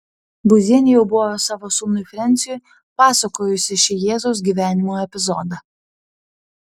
būzienė jau buvo savo sūnui frensiui pasakojusi šį jėzaus gyvenimo epizodą